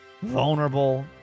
vulnerable